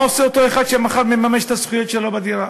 מה עושה אותו אחד שמחר מממש את הזכויות שלו בדירה?